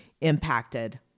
impacted